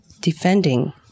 defending